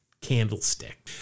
candlestick